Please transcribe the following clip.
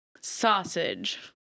Sausage